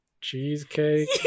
cheesecake